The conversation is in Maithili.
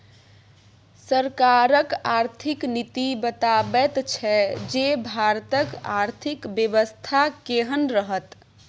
सरकारक आर्थिक नीति बताबैत छै जे भारतक आर्थिक बेबस्था केहन रहत